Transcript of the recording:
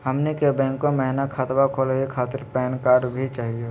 हमनी के बैंको महिना खतवा खोलही खातीर पैन कार्ड भी चाहियो?